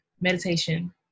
meditation